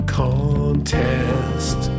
contest